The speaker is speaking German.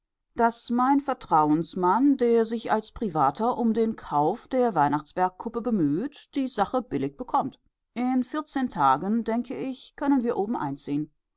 daß mein vertrauensmann der sich als privater um den kauf der weihnachtsbergkuppe bemüht die sache billig bekommt in vierzehn tagen denke ich können wir oben einziehen